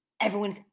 Everyone's